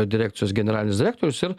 direkcijos generalinis direktorius ir